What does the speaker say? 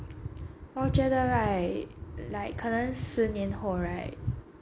我觉得 right like 十年后 right